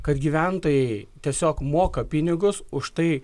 kad gyventojai tiesiog moka pinigus už tai